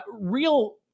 real